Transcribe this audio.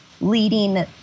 Leading